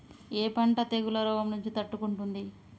ఏ పంట తెగుళ్ల రోగం నుంచి తట్టుకుంటుంది?